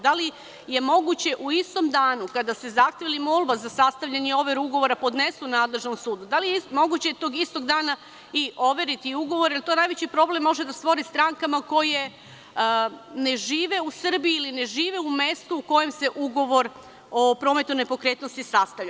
Da li je moguće u istom danu kada se zahtev ili molba za sastavljanje overu ugovora podnesu nadležnom sudu, da li je moguće tog istog dana i overiti ugovor, jer je to najveći problem može da stvori strankama koje ne žive u Srbiji ili ne žive u mestu u kojem se ugovor o prometu nepokretnosti sastavlja?